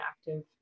active